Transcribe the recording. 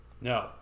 No